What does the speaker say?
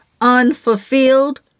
unfulfilled